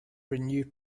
renewed